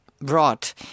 brought